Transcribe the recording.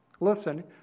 listen